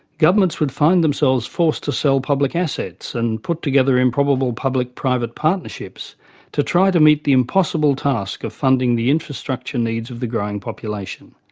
governments would find themselves forced to sell public assets and put together improbable public private partnerships to try to meet the impossible task of funding the infrastructure needs of the growing population.